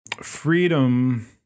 freedom